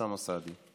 אוסאמה סעדי.